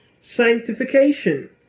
sanctification